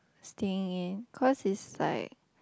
staying in cause is like